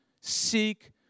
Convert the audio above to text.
Seek